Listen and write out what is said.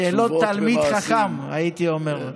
שאלות תלמיד חכם, הייתי אומר.